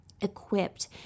equipped